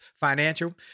Financial